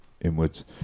Inwards